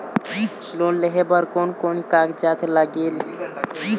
Loan लेहे बर कोन कोन कागजात लागेल?